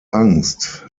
angst